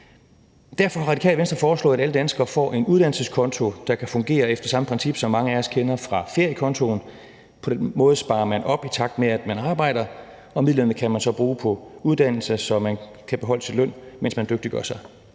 Derfor har Radikale Venstre foreslået, at alle danskere får en uddannelseskonto, der kan fungere efter samme princip, som mange af os kender fra feriekontoen. På den måde sparer man op, i takt med at man arbejder, og midlerne kan man så bruge på uddannelse, så man kan beholde sin løn, mens man dygtiggør sig.